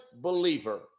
believer